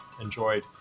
enjoyed